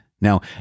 Now